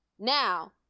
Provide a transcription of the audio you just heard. Now